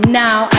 now